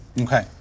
Okay